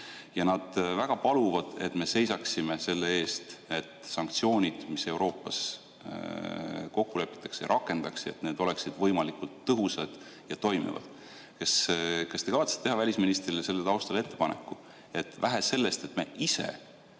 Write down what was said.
Nad väga paluvad, et me seisaksime selle eest, et sanktsioone, mis Euroopas kokku lepitakse, rakendataks ning et need oleksid võimalikult tõhusad ja toimivad. Kas te kavatsete teha välisministrile selle taustal ettepaneku, et vähe sellest, et me ise